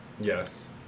Yes